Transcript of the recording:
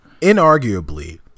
inarguably